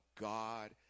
God